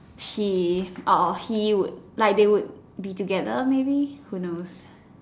he uh he would like they would be together maybe who knows